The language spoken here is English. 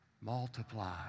Multiply